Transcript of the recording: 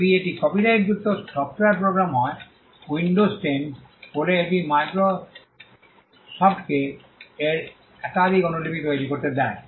যদি এটি কপিরাইটযুক্ত সফ্টওয়্যার প্রোগ্রাম হয় উইন্ডোজ 10 বলে এটি মাইক্রোসফ্টকে এর একাধিক অনুলিপি তৈরি করতে দেয়